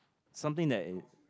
something that